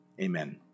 Amen